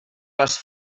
les